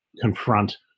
confront